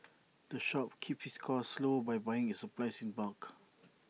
the shop keeps its costs low by buying its supplies in bulk